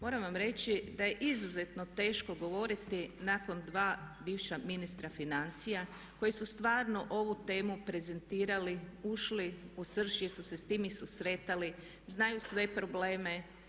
Moram vam reći da je izuzetno teško govoriti nakon 2 bivša ministra financija koji su stvarno ovu temu prezentirali, ušli u srž jer su se s tim i susretali, znaju sve probleme.